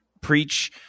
preach